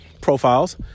profiles